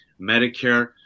Medicare